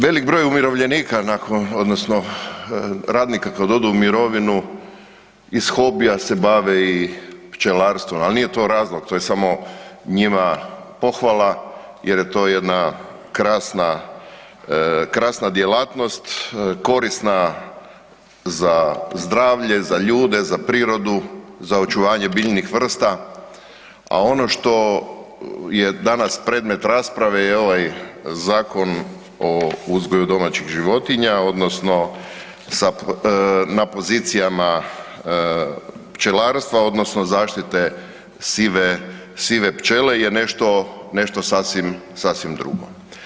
Velik broj umirovljenika nakon, odnosno radnika kad odu u mirovinu iz hobija se bave i pčelarstvom, ali nije to razlog, to je samo njima pohvala jer je to jedna krasna djelatnost, korisna za zdravlje, za ljude, za prirodu, za očuvanje biljnih vrsta, a ono što je danas predmet rasprave je ovaj zakon o uzgoju domaćih životinja, odnosno na pozicijama pčelarstva, odnosno zaštite sive pčele je nešto sasvim drugo.